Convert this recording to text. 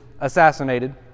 assassinated